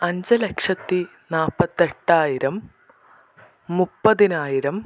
അഞ്ച് ലക്ഷത്തി നാൽപ്പത്തെട്ടായിരം മുപ്പതിനായിരം